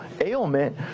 ailment